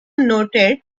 noted